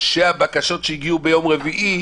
כשהבקשות שהגיעו ביום רביעי